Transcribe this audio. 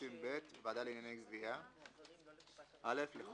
ועדה לענייני גביה 330ב. (א)לכל